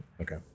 Okay